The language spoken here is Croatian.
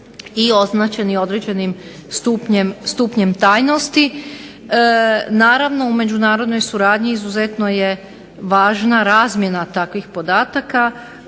i označeni određenim stupnjem tajnosti. Naravno u međunarodnoj suradnji izuzetno je važna razmjena takvih podataka